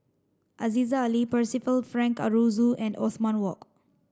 Aziza Ali Percival Frank Aroozoo and Othman Wok